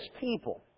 people